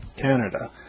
Canada